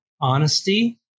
Honesty